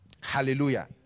Hallelujah